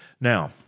Now